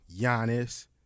Giannis